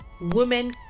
women